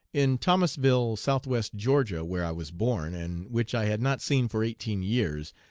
in thomasville, southwest, ga, where i was born, and which i had not seen for eighteen years,